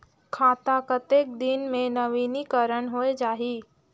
खाता कतेक दिन मे नवीनीकरण होए जाहि??